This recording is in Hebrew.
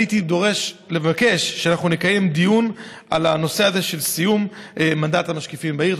אני הייתי מבקש שנקיים דיון על הנושא הזה של סיום מנדט המשקיפים בעיר.